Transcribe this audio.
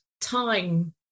time